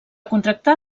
contractar